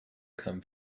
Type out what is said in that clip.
come